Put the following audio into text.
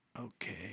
okay